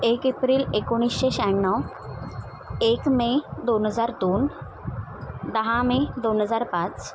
एक एप्रिल एकोणीसशे शह्याण्णव एक मे दोन हजार दोन दहा मे दोन हजार पाच